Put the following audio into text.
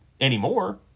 anymore